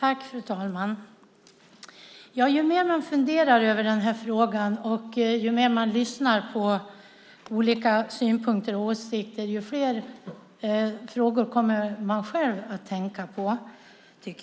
Fru talman! Ju mer man funderar över den här frågan och ju mer man lyssnar på olika synpunkter och åsikter desto fler frågor kommer man själv att tänka på.